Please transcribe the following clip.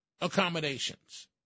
accommodations